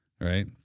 right